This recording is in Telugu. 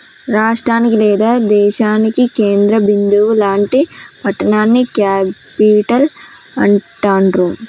రాష్టానికి లేదా దేశానికి కేంద్ర బిందువు లాంటి పట్టణాన్ని క్యేపిటల్ అంటాండ్రు